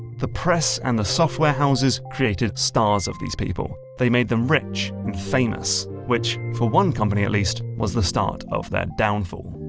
the press and the software houses created stars of these people. they made them rich and famous. which, for one company at least, was the start of their downfall.